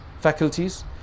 faculties